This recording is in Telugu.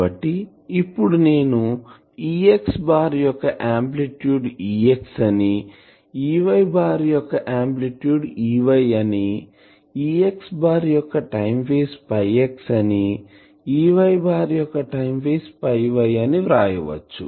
కాబట్టి ఇప్పుడు నేను Ex యొక్క ఆంప్లిట్యూడ్ Ex అని Ey యొక్క ఆంప్లిట్యూడ్ Ey అని Ex యొక్క టైం ఫేజ్ x అని Ey యొక్క టైం ఫేజ్ y అని వ్రాయచ్చు